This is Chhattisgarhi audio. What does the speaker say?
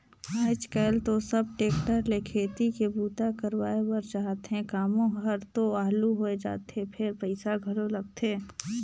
आयज कायल तो सब टेक्टर ले खेती के बूता करवाए बर चाहथे, कामो हर तो हालु होय जाथे फेर पइसा घलो लगथे